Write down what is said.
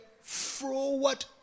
forward